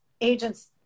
agents